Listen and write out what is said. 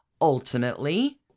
Ultimately